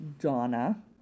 Donna